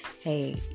hey